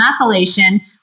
methylation